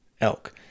elk